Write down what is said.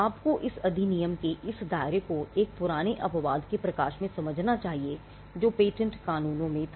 आपको इस अधिनियम के इस दायरे को एक पुराने अपवाद के प्रकाश में समझना चाहिए जो पेटेंट कानूनों में था